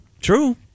true